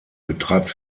betreibt